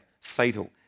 Fatal